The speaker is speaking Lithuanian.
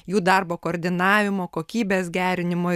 jų darbo koordinavimo kokybės gerinimo